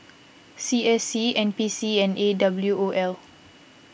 C S C N P C and A W O L